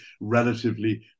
relatively